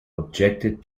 objected